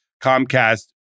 Comcast